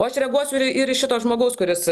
o aš reaguosiu ir ir į šito žmogaus kuris